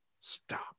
Stop